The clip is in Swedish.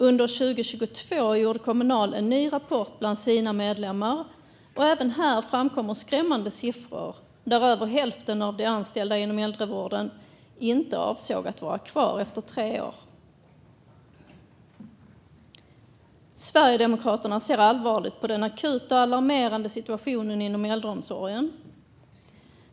Under 2022 gjorde Kommunal en ny undersökning bland sina medlemmar, och även här framkommer skrämmande siffror: Över hälften av de anställda inom äldrevården avser inte att vara kvar om tre år. Sverigedemokraterna ser allvarligt på den akuta och alarmerande situationen inom äldreomsorgen.